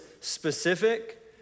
specific